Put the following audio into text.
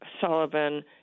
Sullivan